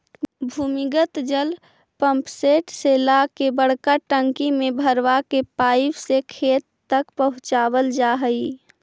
भूमिगत जल पम्पसेट से ला के बड़का टंकी में भरवा के पाइप से खेत तक पहुचवल जा हई